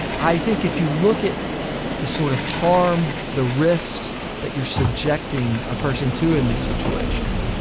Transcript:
i think if you look at the sort of harm, the risks that you're subjecting a person to in this situation,